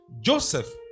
Joseph